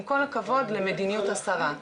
עם כל הכבוד למדיניות השרה.